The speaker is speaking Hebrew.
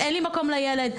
אין לי מקום לילד?